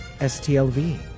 STLV